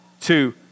two